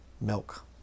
Milk